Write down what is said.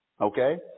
Okay